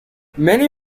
many